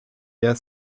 der